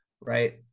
right